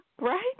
Right